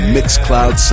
Mixcloud